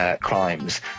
crimes